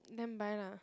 then buy lah